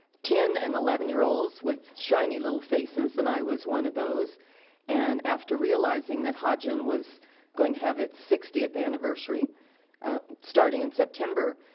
ten and eleven year olds with shiny little faces and i was one of those and after realizing that hodgin was going to have its sixtieth anniversary starting in september,